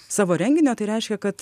savo renginio o tai reiškia kad